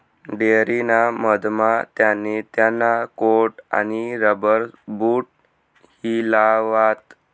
dairy ना मधमा त्याने त्याना कोट आणि रबर बूट हिलावात